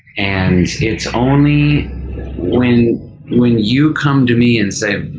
and it's only when when you come to me and say,